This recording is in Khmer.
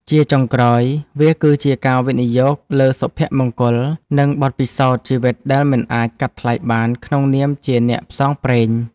ជាចុងក្រោយ វាគឺជាការវិនិយោគលើសុភមង្គល និងបទពិសោធន៍ជីវិតដែលមិនអាចកាត់ថ្លៃបានក្នុងនាមជាអ្នកផ្សងព្រេង។